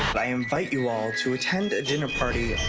i invite you all to attend a dinner party.